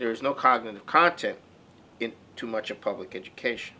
there is no cognitive content to much of public education